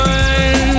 one